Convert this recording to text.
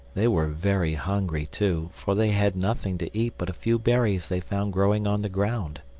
they were very hungry, too, for they had nothing to eat but a few berries they found growing on the ground.